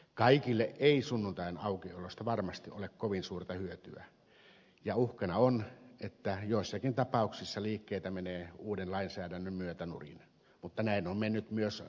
kaikille ei sunnuntain aukiolosta varmasti ole kovin suurta hyötyä ja uhkana on että joissakin tapauksissa liikkeitä menee uuden lainsäädännön myötä nurin mutta näin on mennyt myös muuna aikana